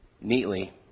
neatly